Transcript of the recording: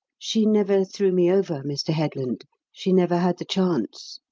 she never threw me over, mr. headland she never had the chance.